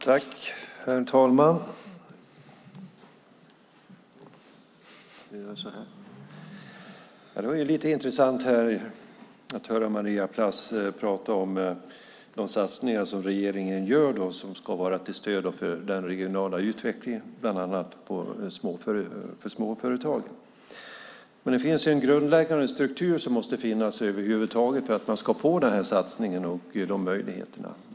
Herr talman! Det var intressant att höra Maria Plass prata om de satsningar som regeringen gör som ska vara till stöd för den regionala utvecklingen, bland annat för småföretag. Det måste finnas en grundläggande struktur för att få satsningarna och möjligheterna.